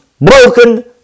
broken